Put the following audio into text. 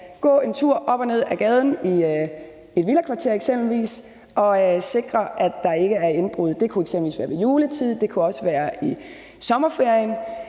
gå en tur op og ned ad gaden i et villakvarter eksempelvis og sikre, at der ikke bliver begået indbrud. Det kunne eksempelvis være ved juletid. Det kunne også være i sommerferien.